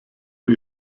bei